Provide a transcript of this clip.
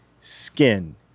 skin